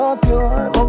pure